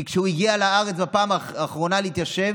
כי כשהוא הגיע לארץ בפעם האחרונה להתיישב